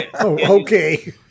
okay